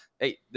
Hey